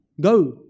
go